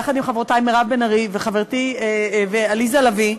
יחד עם חברותי מירב בן ארי ועליזה לביא,